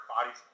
bodies